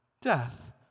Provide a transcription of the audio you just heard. Death